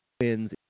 wins